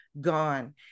gone